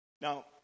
Now